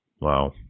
Wow